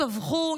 טבחו,